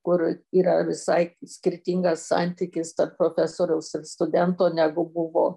kur yra visai skirtingas santykis tarp profesoriaus ir studento negu buvo